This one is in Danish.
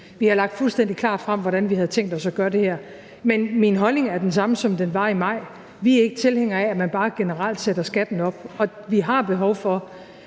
Vi har lagt fuldstændig klart frem, hvordan vi havde tænkt os at gøre det her. Men min holdning er den samme, som den var i maj: Vi er ikke tilhængere af, at man bare generelt sætter skatten op, og vi har behov for